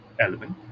element